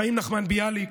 חיים נחמן ביאליק,